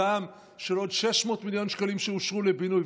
גם של עוד 600 מיליון שקלים שאושרו לבינוי,